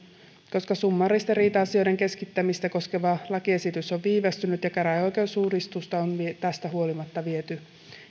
koska summaaristen riita asioiden keskittämistä koskeva lakiesitys on viivästynyt ja käräjäoikeusuudistusta on tästä huolimatta viety